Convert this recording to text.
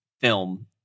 film